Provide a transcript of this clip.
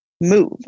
move